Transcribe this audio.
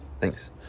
Thanks